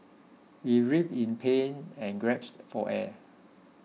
he writhed in pain and gasped for air